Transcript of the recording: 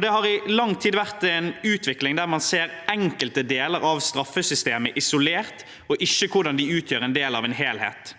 Det har i lang tid vært en utvikling der man ser enkelte deler av straffesystemet isolert og ikke hvordan de utgjør en del av en helhet.